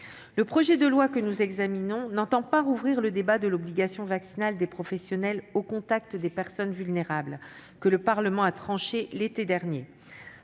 Le projet de loi que nous examinons n'entend pas rouvrir le débat sur l'obligation vaccinale des professionnels au contact des personnes vulnérables, que le Parlement a tranché l'été dernier.